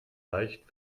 leicht